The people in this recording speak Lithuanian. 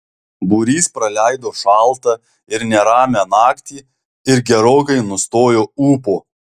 būrys praleido šaltą ir neramią naktį ir gerokai nustojo ūpo